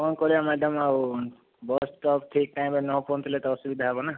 କଣ କରିବା ମ୍ୟାଡାମ ଆଉ ବସ ତ ଆଉ ଠିକ ଟାଇମରେ ନ ପହଞ୍ଚିଲେ ତ ଅସୁବିଧା ହେବ ନା